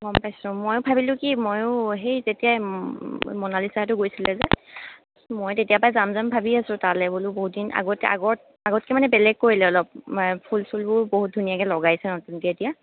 গম পাইছোঁ মই ভাবিলোঁ কি ময়ো সেই তেতিয়াই মনালিছাহঁতো গৈছিল যে মই তেতিয়াৰ পৰা যাম যাম ভাবি আছো তালে বোলো বহুত দিন আগতে আগতকে মানে বেলেগ কৰিলে অলপ ফুল চুলবোৰ বহুত ধুনীয়াকে লগাইছে নতুনকে এতিয়া